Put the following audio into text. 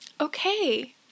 Okay